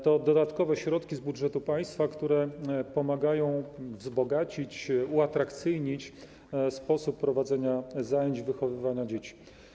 To dodatkowe środki z budżetu państwa, które pomagają wzbogacić, uatrakcyjnić sposób prowadzenia zajęć w zakresie wychowywania dzieci.